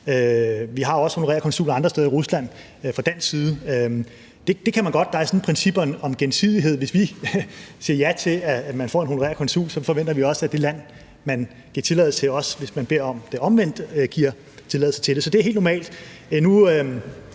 side også honorære konsuler andre steder i Rusland. Det kan man godt. Der er sådan et princip om gensidighed. Hvis vi siger ja til, at man får en honorær konsul, så forventer vi også, at det land, man giver tilladelse til, også giver tilladelse til os, hvis vi beder om det omvendte. Så det er helt normalt.